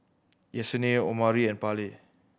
Yessenia Omari and Parley